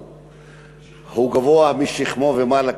דב גבוה, משכמו ומעלה.